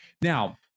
now